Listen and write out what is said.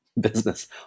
business